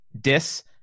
dis